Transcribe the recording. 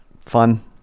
fun